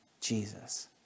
Jesus